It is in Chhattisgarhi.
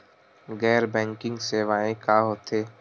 गैर बैंकिंग सेवाएं का होथे?